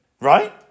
right